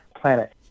planet